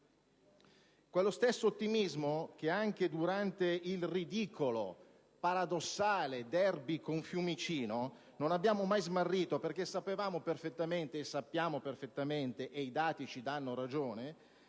Quello stesso ottimismo che anche durante il ridicolo, paradossale *derby* con Fiumicino non abbiamo mai smarrito perché sapevamo e sappiamo perfettamente - i dati ci danno ragione